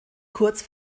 kurz